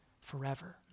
forever